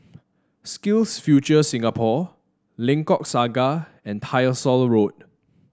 SkillsFuture Singapore Lengkok Saga and Tyersall Road